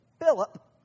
Philip